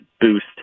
boost